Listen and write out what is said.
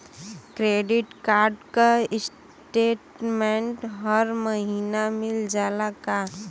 Credit card क statement हर महिना मिल जाला का?